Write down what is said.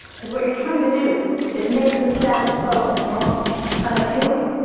because what you are trying to do is make the status quo and the normal unappealing,